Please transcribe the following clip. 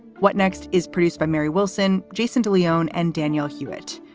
what next is produced by mary wilson, jason de leon and daniel hewitt.